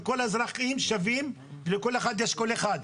וכל האזרחים שווים ולכולם יש קול אחד.